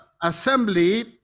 assembly